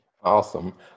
Awesome